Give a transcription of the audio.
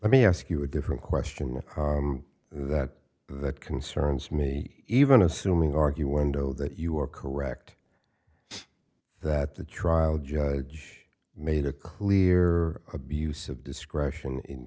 let me ask you a different question that that concerns me even assuming argue window that you are correct that the trial judge made a clear abuse of discretion in